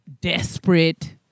desperate